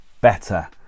better